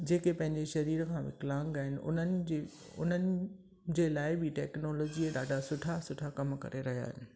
जेके पंहिंजे शरीर खां विकलांग आहिनि उन्हनि जे उन्हनि जे लाइ बि टेक्नोलॉजीअ ॾाढा सुठा सुठा कम करे रहिया आहिनि